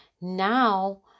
now